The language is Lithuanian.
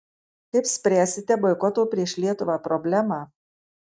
kaip spręsite boikoto prieš lietuvą problemą